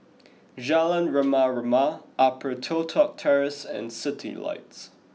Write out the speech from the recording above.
Jalan Rama Rama Upper Toh Tuck Terrace and Citylights